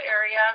area